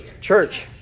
Church